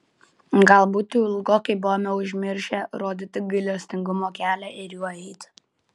galbūt jau ilgokai buvome užmiršę rodyti gailestingumo kelią ir juo eiti